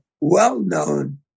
well-known